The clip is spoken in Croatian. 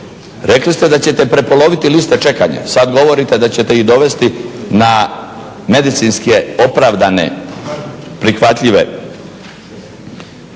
Rekli ste da ćete prepoloviti liste čekanja, sad govorite da ćete ih dovesti na medicinske opravdane prihvatljive.